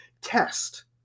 Test